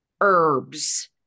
herbs